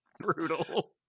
brutal